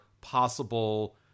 possible